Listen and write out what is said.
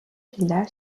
village